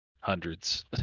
hundreds